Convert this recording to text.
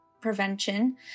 Prevention